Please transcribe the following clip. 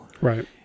Right